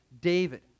David